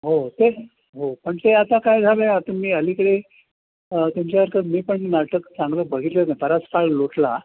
हो तेच हो पण ते आता काय झालं आहे आता मी अलीकडे तुमच्यासारखंच मी पण नाटक चांगलं बघितलं नाही बराच काळ लोटला